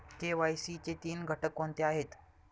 KYC चे तीन घटक कोणते आहेत?